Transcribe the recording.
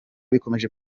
bikomeje